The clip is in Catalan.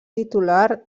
titular